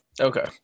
Okay